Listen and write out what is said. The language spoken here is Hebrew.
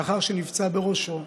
לאחר שנפצע בראשו,